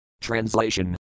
Translation